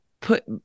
put